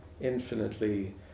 infinitely